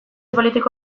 politiko